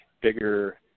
bigger